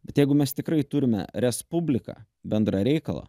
bet jeigu mes tikrai turime respubliką bendrą reikalą